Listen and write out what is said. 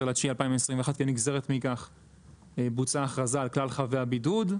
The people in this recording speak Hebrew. ב-12.9.2021 בוצעה הכרזה על כלל חבי הבידוד,